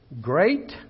great